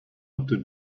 after